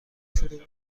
شروع